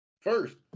first